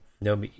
no